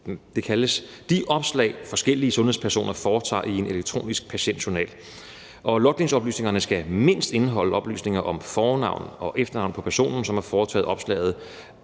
det kaldes – de opslag, som forskellige sundhedspersoner foretager, i en elektronisk patientjournal. Og logningsoplysningerne skal mindst indeholde oplysninger om fornavn og efternavn på personen, som har foretaget opslaget,